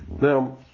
now